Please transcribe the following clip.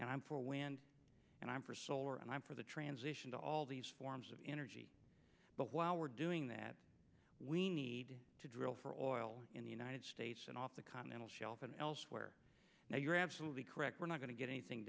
and i'm for wind and i'm for solar and i'm for the transition to all these forms of energy but while we're doing that we need to drill for oil in the united states and off the continental shelf and elsewhere now you're absolutely correct we're not going to get anything